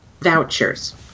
vouchers